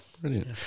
brilliant